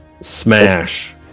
smash